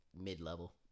mid-level